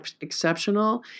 exceptional